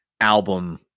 album